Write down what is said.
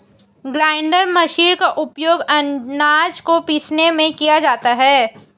grinder machine का उपयोग आनाज को पीसने में किया जाता है